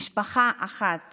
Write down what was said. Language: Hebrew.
משפחה אחת